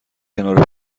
کنار